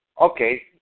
Okay